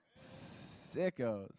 Sickos